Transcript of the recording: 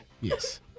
Yes